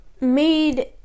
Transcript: made